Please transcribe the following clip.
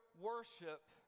worship